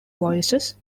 voices